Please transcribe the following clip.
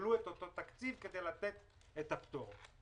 שיקבלו את אותו תקציב כדי לתת את הפטור.